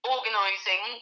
organising